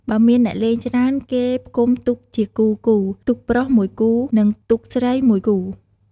បើមានអ្នករលេងច្រើនគេផ្គុំទូកជាគូៗ ទូកប្រុស ១មួយគូ និងទូកស្រី ១ មួយគូ។